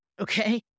Okay